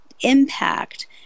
impact